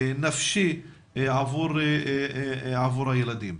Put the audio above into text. נפשי עבור הילדים.